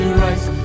rise